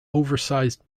oversized